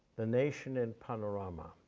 the nation in panorama,